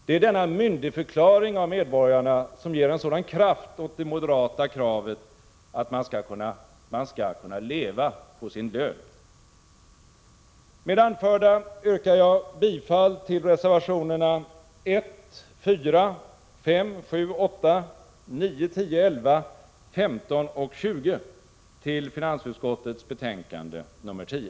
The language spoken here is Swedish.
Det är denna myndigförklaring av medborgarna som ger en sådan kraft åt det moderata kravet att man skall kunna leva på sin lön. Med det anförda yrkar jag bifall till reservationerna 1, 4, 5,7, 8,9, 10, 11, 15 och 20 till finansutskottets betänkande nr 10.